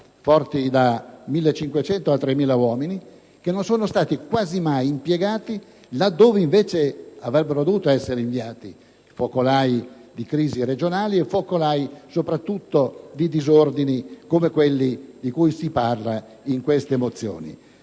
forti da 1.500 a 3.000 uomini, che non sono stati quasi mai impiegati, laddove invece avrebbero dovuto essere inviati in focolai di crisi regionali e soprattutto di disordini, come quelli di cui si parla in queste mozioni.